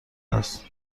است